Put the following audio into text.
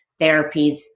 therapies